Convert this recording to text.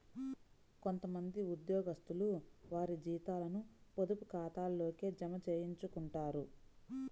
కొంత మంది ఉద్యోగస్తులు వారి జీతాలను పొదుపు ఖాతాల్లోకే జమ చేయించుకుంటారు